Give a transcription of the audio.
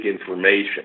information